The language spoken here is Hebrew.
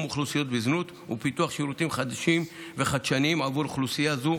אוכלוסיות בזנות ולפיתוח שירותים חדישים וחדשניים עבור אוכלוסייה זו,